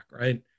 right